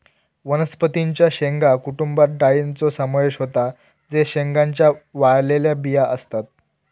वनस्पतीं च्या शेंगा कुटुंबात डाळींचो समावेश होता जे शेंगांच्या वाळलेल्या बिया असतत